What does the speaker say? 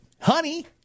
Honey